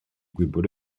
gwybod